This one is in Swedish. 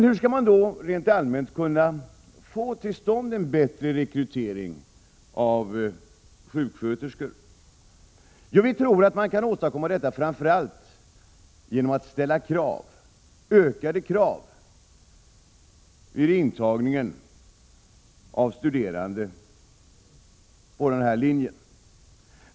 Hur skall man då rent allmänt kunna få till stånd en bättre rekrytering av sjuksköterskor? Ja, vi tror att man framför allt skulle kunna åstadkomma detta genom att ställa ökade krav vid antagningen av studerande till denna linje.